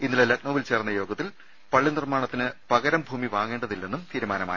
ഇന്നലെ ലക്നൌവിൽ ചേർന്ന യോഗത്തിൽ പള്ളി നിർമ്മാണത്തിന് പകരം ഭൂമി വാങ്ങേണ്ടതില്ലെന്നും തീരുമാനമായി